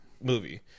movie